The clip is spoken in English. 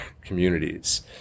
communities